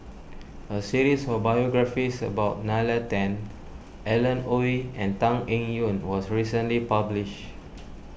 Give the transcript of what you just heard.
a series of biographies about Nalla Tan Alan Oei and Tan Eng Yoon was recently published